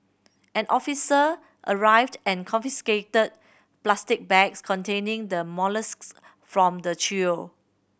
an officer arrived and confiscated plastic bags containing the molluscs from the trio